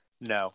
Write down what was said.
no